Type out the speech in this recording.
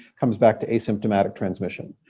comes back to asymptomatic transmission.